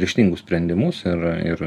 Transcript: ryžtingus sprendimus ir ir